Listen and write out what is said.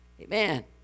Amen